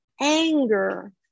Anger